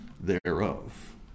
thereof